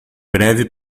breve